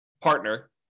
partner